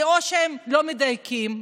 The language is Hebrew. כי הם לא מדייקים,